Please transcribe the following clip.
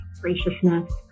graciousness